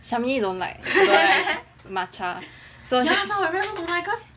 Sammy don't like don't like matcha so she